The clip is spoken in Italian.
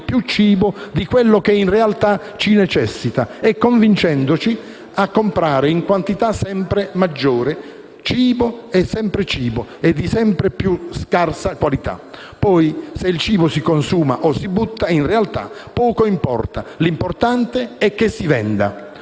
più cibo di quello che, in realtà, ci necessita, e convincendoci a comprare una quantità sempre maggiore di cibo e di sempre più scarsa qualità. Poi, se il cibo si consuma o si butta, in realtà, poco importa, l'importante è che si venda.